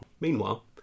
Meanwhile